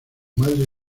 madre